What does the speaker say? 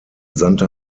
santa